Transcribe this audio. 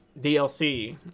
DLC